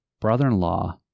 brother-in-law